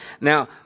Now